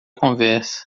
conversa